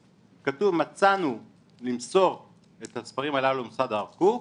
כתוב, 'מצאנו למסור את הספרים הללו למוסד הרב קוק